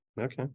Okay